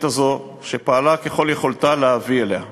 שפעלה ככל יכולתה להביא לתכלית הזאת.